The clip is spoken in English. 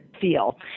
feel